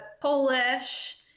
Polish